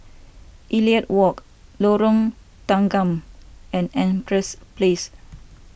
Elliot Walk Lorong Tanggam and Empress Place